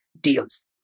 deals